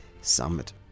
summit